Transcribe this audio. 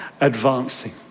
advancing